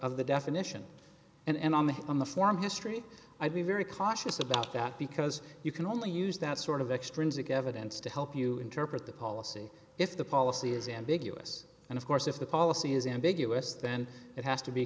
of the definition and on the on the form history i'd be very cautious about that because you can only use that sort of extrinsic evidence to help you interpret the policy if the policy is ambiguous and of course if the policy is ambiguous then it has to be